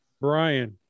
Brian